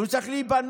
אבל הוא צריך להיבנות,